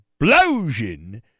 explosion